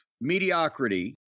mediocrity